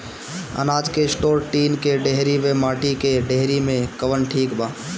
अनाज के store tin के डेहरी व माटी के डेहरी मे कवन ठीक बा?